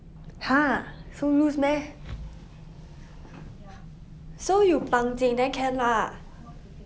!huh! so loose meh so you 绑紧 then can lah